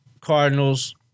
Cardinals